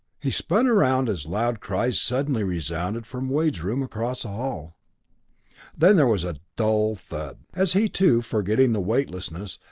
he spun around as loud cries suddenly resounded from wade's room across the hall then there was a dull thud, as he too, forgetting the weightlessness,